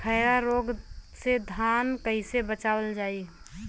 खैरा रोग से धान कईसे बचावल जाई?